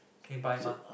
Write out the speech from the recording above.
can buy mah